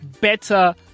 better